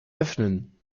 öffnen